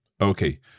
Okay